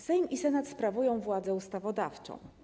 Sejm i Senat sprawują władzę ustawodawczą.